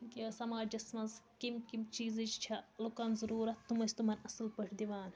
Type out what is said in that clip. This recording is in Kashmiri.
کہِ سَماجَس منٛز کَمہِ کَمہِ چیٖزٕچ چھےٚ لُکَن ضٔروٗرت تِم ٲسۍ تِمَن اَصٕل پٲٹھۍ دِوان